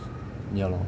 ya lor